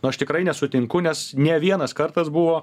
nu aš tikrai nesutinku nes ne vienas kartas buvo